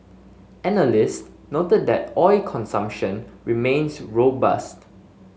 analysts noted that oil consumption remains robust